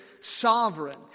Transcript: sovereign